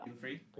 free